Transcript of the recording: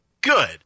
good